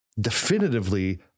Definitively